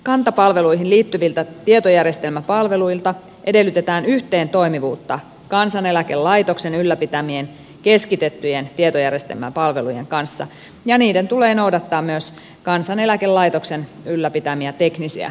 kanta palveluihin liittyviltä tietojärjestelmäpalveluilta edellytetään yhteentoimivuutta kansaneläkelaitoksen ylläpitämien keskitettyjen tietojärjestelmäpalvelujen kanssa ja niiden tulee noudattaa myös kansaneläkelaitoksen ylläpitämiä teknisiä määrityksiä